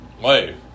life